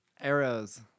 Arrows